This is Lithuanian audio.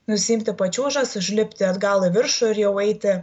nusiimti pačiūžas užlipti atgal į viršų ir jau eiti